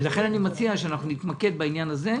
לכן אני מציע שאנחנו נתמקד בעניין הזה,